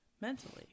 mentally